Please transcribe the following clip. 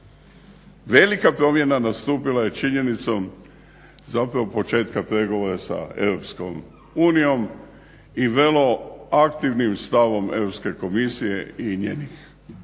Velika promjena nastupila je činjenicom zapravo početka pregovora sa EU i vrlo aktivnim stavom Europske komisije i njenih